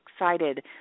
excited